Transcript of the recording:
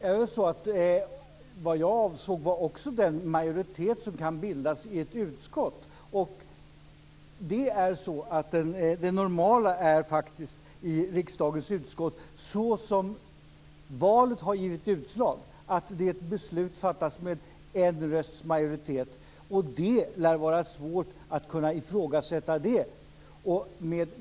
Fru talman! Vad jag avsåg var också den majoritet som kan bildas i ett utskott. Det normala är faktiskt i riksdagens utskott - såsom valet har givit utslag - att ett beslut fattas med en rösts majoritet. Det lär vara svårt att ifrågasätta.